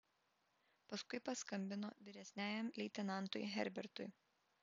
paskui paskambino vyresniajam leitenantui herbertui